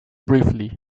briefly